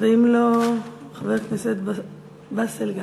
ואם לא, חבר הכנסת באסל גטאס.